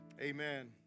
Amen